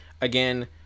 again